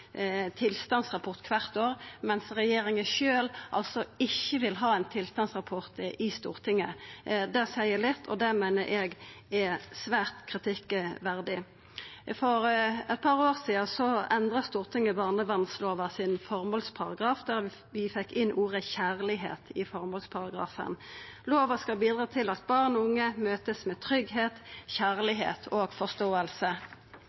tilstandsrapport kvart år, mens regjeringa sjølv altså ikkje vil ha ein tilstandsrapport i Stortinget. Det seier litt, og det meiner eg er svært kritikkverdig. For eit par år sidan endra Stortinget føremålsparagrafen i barnevernslova. Da fekk vi inn ordet «kjærlighet» i føremålsparagrafen. Lova skal bidra til at barn og unge vert møtte med